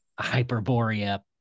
Hyperborea